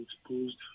exposed